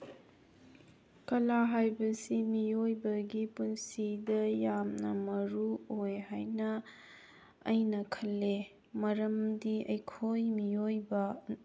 ꯀꯂꯥ ꯍꯥꯏꯕꯁꯤ ꯃꯤꯑꯣꯏꯕꯒꯤ ꯄꯨꯟꯁꯤꯗ ꯌꯥꯝꯅ ꯃꯔꯨ ꯑꯣꯏ ꯍꯥꯏꯅ ꯑꯩꯅ ꯈꯜꯂꯦ ꯃꯔꯝꯗꯤ ꯑꯩꯈꯣꯏ ꯃꯤꯑꯣꯏꯕ